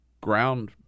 ground